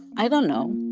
i don't know